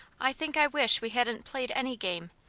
i think i wish we hadn't played any game.